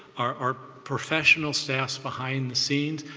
our our professional staffs behind the scenes.